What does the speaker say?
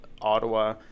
Ottawa